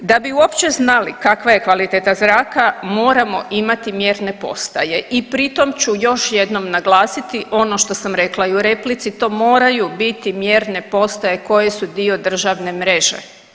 Da bi uopće znali kakva je kvaliteta zraka, moramo imati mjerne postaje i pri tom ću još jednom naglasiti ono što sam rekla i u replici, to moraju biti mjerne postaje koje su dio državne mreže.